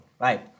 right